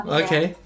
okay